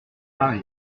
mari